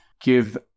give